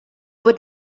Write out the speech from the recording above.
would